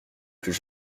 plus